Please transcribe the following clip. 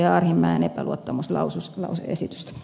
arhinmäen epäluottamuslause esitystä